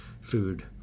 food